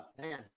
Man